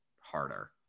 harder